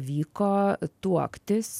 vyko tuoktis